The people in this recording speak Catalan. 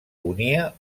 unia